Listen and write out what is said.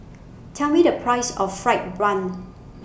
Tell Me The Price of Fried Bun